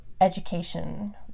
education